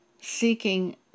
Seeking